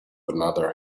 another